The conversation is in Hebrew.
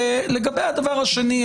לגבי הדבר השני,